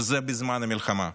וזה בזמן המלחמה.